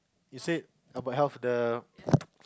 you said about health the